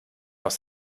noch